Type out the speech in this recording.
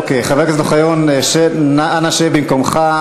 אוקיי, חבר הכנסת אוחיון, אנא שב במקומך.